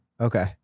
Okay